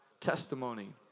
testimony